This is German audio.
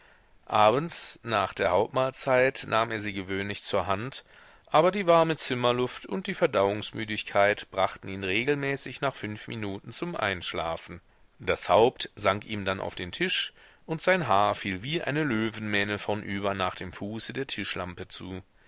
abends nach der hauptmahlzeit nahm er sie gewöhnlich zur hand aber die warme zimmerluft und die verdauungsmüdigkeit brachten ihn regelmäßig nach fünf minuten zum einschlafen das haupt sank ihm dann auf den tisch und sein haar fiel wie eine löwenmähne vornüber nach dem fuße der tischlampe zu